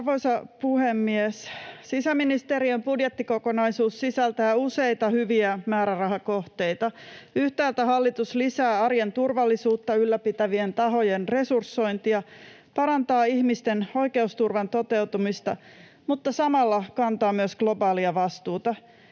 Arvoisa puhemies! Sisäministeriön budjettikokonaisuus sisältää useita hyviä määrärahakohteita. Yhtäältä hallitus lisää arjen turvallisuutta ylläpitävien tahojen resursointia, parantaa ihmisten oikeusturvan toteutumista, mutta samalla kantaa myös globaalia vastuuta.